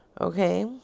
Okay